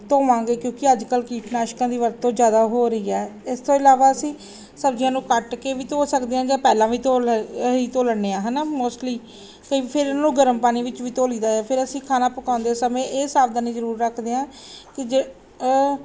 ਧੋਵਾਂਗੇ ਕਿਉਂਕਿ ਅੱਜ ਕੱਲ੍ਹ ਕੀਟਨਾਸ਼ਕਾਂ ਦੀ ਵਰਤੋਂ ਜ਼ਿਆਦਾ ਹੋ ਰਹੀ ਹੈ ਇਸ ਤੋਂ ਇਲਾਵਾ ਅਸੀਂ ਸਬਜ਼ੀਆਂ ਨੂੰ ਕੱਟ ਕੇ ਵੀ ਧੋ ਸਕਦੇ ਹਾਂ ਜਾਂ ਪਹਿਲਾਂ ਵੀ ਧੋ ਲੈ ਅਸੀਂ ਧੋ ਲੈਂਦੇ ਹਾਂ ਹੈ ਨਾ ਮੋਸਟਲੀ ਫਿ ਫਿਰ ਇਹਨੂੰ ਗਰਮ ਪਾਣੀ ਵਿੱਚ ਵੀ ਧੋ ਲਈਦਾ ਆ ਫਿਰ ਅਸੀਂ ਖਾਣਾ ਪਕਾਉਂਦੇ ਸਮੇਂ ਇਹ ਸਾਵਧਾਨੀ ਜ਼ਰੂਰ ਰੱਖਦੇ ਹਾਂ ਕਿ ਜੇ